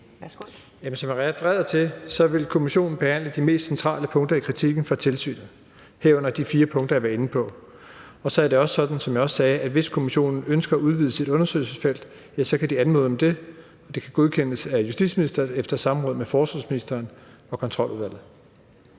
Som jeg refererede til, vil kommissionen behandle de mest centrale punkter i kritikken fra tilsynet, herunder de fire punkter, jeg har været inde på. Så er det, som jeg også sagde, sådan, at kommissionen, hvis den ønsker at udvide sit undersøgelsesfelt, kan anmode om det, og det kan godkendes af justitsministeren efter samråd med forsvarsministeren og Kontroludvalget.